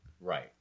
Right